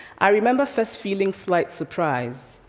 i remember first feeling slight surprise.